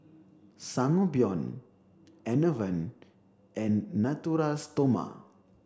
Sangobion Enervon and Natura Stoma